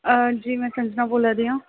आं जी में संध्या बोल्ला दी आं